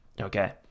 Okay